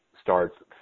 starts